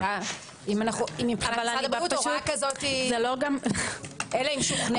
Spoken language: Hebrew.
השאלה אם מבחינת משרד הבריאות אלא אם שוכנעה הוועדה.